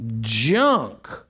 junk